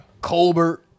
Colbert